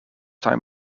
time